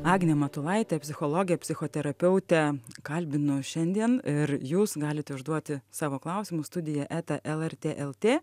agnė matulaitė psichologė psichoterapeutė kalbinu šiandien ir jūs galite užduoti savo klausimus studija eta elertė eltė